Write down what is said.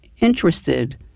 interested